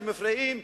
אתם מפריעים,